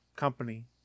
Company